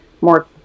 more